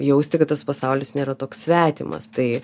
jausti kad tas pasaulis nėra toks svetimas tai